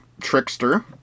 Trickster